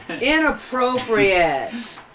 Inappropriate